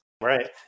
Right